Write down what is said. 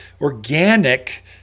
organic